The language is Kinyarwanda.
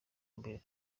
mbere